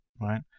right